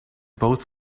both